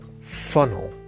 funnel